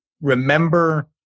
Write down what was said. remember